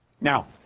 Now